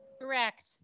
Correct